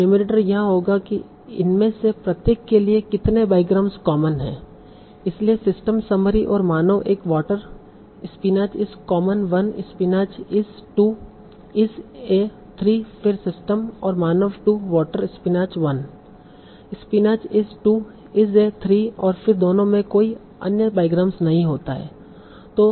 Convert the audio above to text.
तो नुमेरटर यह होगा कि इनमें से प्रत्येक के लिए कितने बाईग्राम्स कॉमन हैं इसलिए सिस्टम समरी और मानव एक water spinach is common 1 spinach is 2 is a 3 फिर सिस्टम और मानव 2 water spinach 1 spinach is 2 is a 3 और फिर दोनों में कोई अन्य बाईग्राम्स नहीं होता है